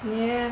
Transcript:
yeah